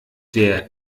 der